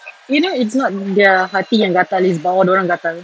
you know it's not their hati yang gatal it's bawah dia orang gatal